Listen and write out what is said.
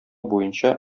буенча